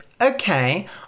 okay